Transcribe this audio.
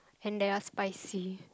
and there are spicy